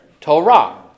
Torah